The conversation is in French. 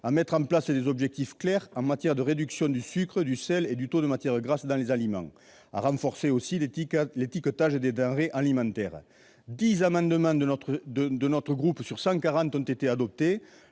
à mettre en place des objectifs clairs en matière de réduction du sucre, du sel et du taux de matière grasse dans les aliments et à renforcer l'étiquetage des denrées alimentaires ? Ainsi, seulement 10 amendements de notre groupe sur les 140 que nous